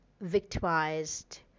victimized